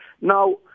Now